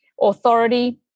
authority